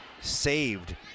saved